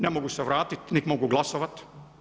Ne mogu se vratit, nit mogu glasovat.